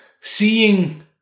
seeing